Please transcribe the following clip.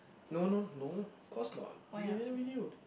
no no no of course not video